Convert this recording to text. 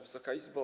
Wysoka Izbo!